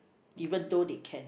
even though they can